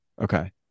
Okay